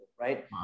right